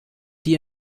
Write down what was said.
die